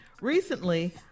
Recently